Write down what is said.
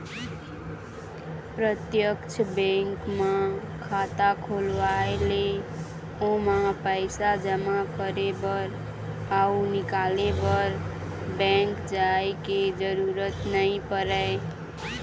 प्रत्यक्छ बेंक म खाता खोलवाए ले ओमा पइसा जमा करे बर अउ निकाले बर बेंक जाय के जरूरत नइ परय